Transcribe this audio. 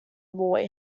boy